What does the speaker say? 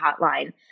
hotline